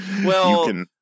Well-